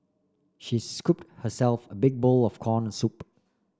she scoop herself a big bowl of corn soup